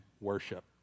worship